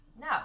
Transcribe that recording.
No